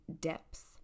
depth